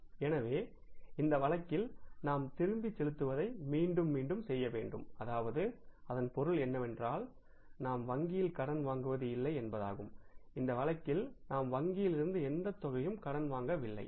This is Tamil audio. எனவே இந்த வழக்கில் நாம் திருப்பிச் செலுத்துவதை மீண்டும் மீண்டும் செய்ய வேண்டும் அதாவது அதன் பொருள் என்னவென்றால் நாம் வங்கியில் கடன் வாங்குவது இல்லை என்பதாகும் இந்த வழக்கில் நாம் வங்கியில் இருந்து எந்த தொகையும் கடன் வாங்கவில்லை